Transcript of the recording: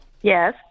Yes